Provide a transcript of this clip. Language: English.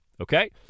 Okay